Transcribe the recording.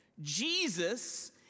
Jesus